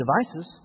devices